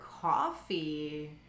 coffee